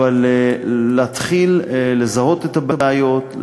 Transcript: להתחיל לזהות את הבעיות,